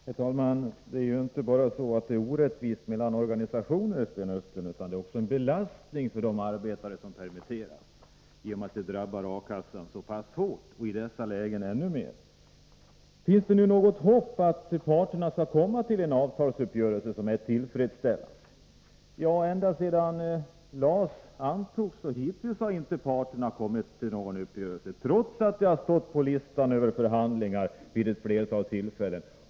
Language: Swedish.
Herr talman! Det är ju, Sten Östlund, inte bara orättvist när det gäller organisationerna, utan det är också en belastning för de arbetare som permitteras, eftersom det drabbar A-kassan så pass hårt — i dessa lägen ännu mer. Finns det nu något hopp om att parterna skall kunna uppnå en tillfredsställande avtalsuppgörelse? Ända sedan LAS antogs har det inte varit möjligt för parterna att uppnå någon överenskommelse, trots att frågan stått på förhandlingslistan vid flera tillfällen.